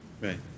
right